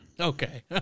Okay